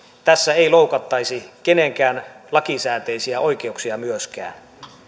tässä ei myöskään loukattaisi kenenkään lakisääteisiä oikeuksia